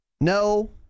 No